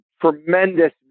tremendous